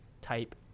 type